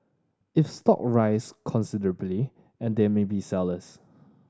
if stock rise considerably and they may be sellers